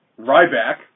Ryback